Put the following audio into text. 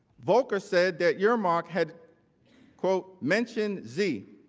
volker said that earmark had mentioned z.